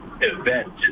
event